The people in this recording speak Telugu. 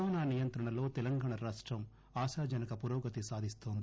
కరోనా నియంత్రణలో తెలంగాణా రాష్టం ఆశాజనక పురోగతి సాధిస్తోంది